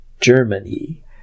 Germany